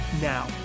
Now